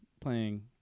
playing